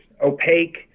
opaque